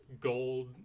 gold